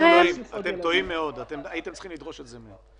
אתם טועים, הייתם צריכים לדרוש את זה מהם.